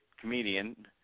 comedian